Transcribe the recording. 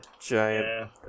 giant